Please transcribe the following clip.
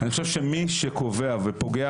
אני חושב שמי שקובע ופוגע,